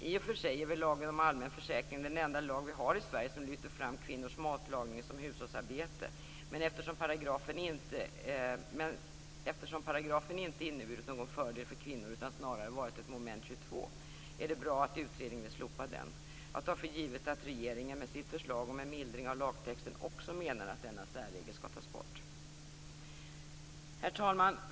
I och för sig är väl Lagen om allmän försäkring den enda lag vi har i Sverige som lyfter fram kvinnors matlagning som hushållsarbete, men eftersom paragrafen inte inneburit någon fördel för kvinnor, utan snarare varit ett moment 22, är det bra att utredningen vill slopa den. Jag tar för givet att regeringen med sitt förslag om en mildring av lagtexten också menar att denna särregel skall tas bort. Herr talman!